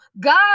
God